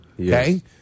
Okay